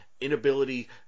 inability